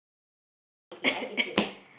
okay okay K K I give you